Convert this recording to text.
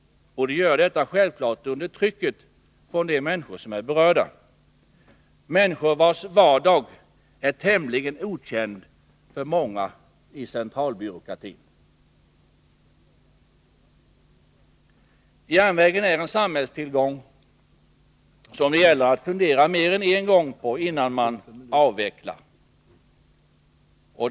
De gör det självfallet under tryck från de människor som är berörda, människor vilkas vardag är tämligen okänd för många i centralbyråkratin. Järnvägen är en samhällstillgång, och det gäller att fundera mer än en gång innan man avvecklar den.